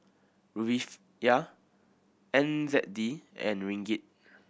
Rufiyaa N Z D and Ringgit